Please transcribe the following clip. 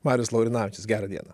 marius laurinavičius gerą dieną